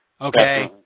okay